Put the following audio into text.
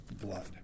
blood